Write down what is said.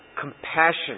Compassion